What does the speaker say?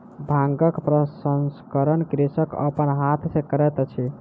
भांगक प्रसंस्करण कृषक अपन हाथ सॅ करैत अछि